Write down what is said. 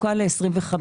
ירוק.